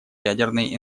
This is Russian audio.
ядерной